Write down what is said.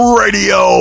radio